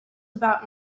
about